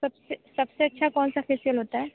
सबसे सबसे अच्छा कौन सा फेशियल होता है